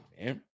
man